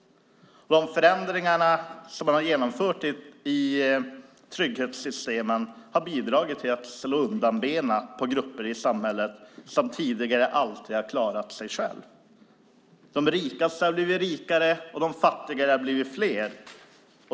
De förändringar som man har genomfört i trygghetssystemen har bidragit till att slå undan benen på grupper i samhället som tidigare alltid har klarat sig själva. De rikaste har blivit rikare, och de fattigare har blivit fler.